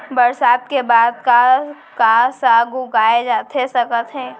बरसात के बाद का का साग उगाए जाथे सकत हे?